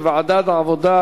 לוועדת העבודה,